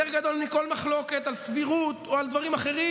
יותר גדול מכל מחלוקת על סבירות או על דברים אחרים.